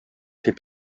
fait